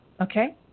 Okay